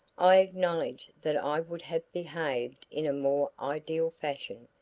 i acknowledge that i would have behaved in a more ideal fashion,